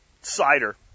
cider